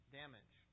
damage